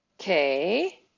Okay